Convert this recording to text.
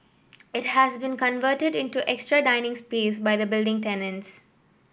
it has been converted into extra dining space by the building tenants